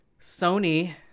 Sony –